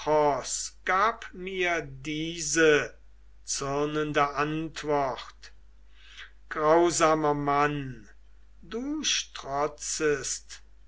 gab mir diese zürnende antwort grausamer mann du strotzest